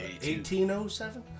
1807